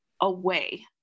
away